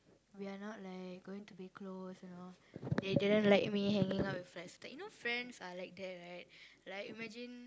we are not like going to be close you know they didn't like me hanging out with Slyvester you know friends are like that right like imagine